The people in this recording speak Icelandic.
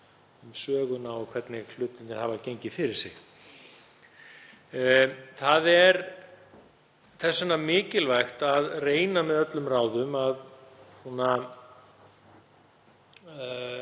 um söguna og hvernig hlutirnir hafa gengið fyrir sig. Það er þess vegna mikilvægt að reyna með öllum ráðum að koma